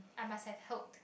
I must have hope